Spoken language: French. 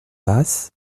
basses